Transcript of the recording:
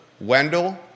Wendell